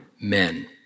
men